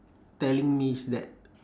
telling me is that